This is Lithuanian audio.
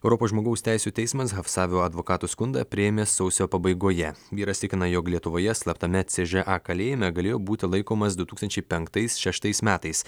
europos žmogaus teisių teismas hafsavio advokato skundą priėmė sausio pabaigoje vyras tikina jog lietuvoje slaptame ce žė a kalėjime galėjo būti laikomas du tūkstančiai penktais šeštais metais